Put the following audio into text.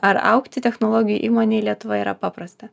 ar augti technologijų įmonei lietuvoj yra paprasta